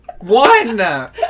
One